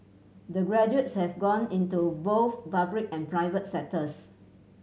the graduates have gone into both public and private sectors